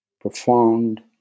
profound